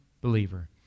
believer